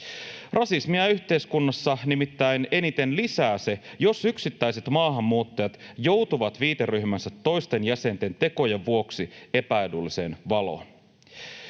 Rasismia yhteiskunnassa nimittäin eniten lisää se, jos yksittäiset maahanmuuttajat joutuvat viiteryhmänsä toisten jäsenten tekojen vuoksi epäedulliseen valoon.